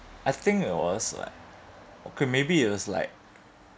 I think it was like okay maybe it was like